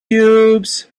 cubes